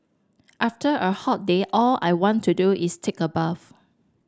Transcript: after a hot day all I want to do is take a bath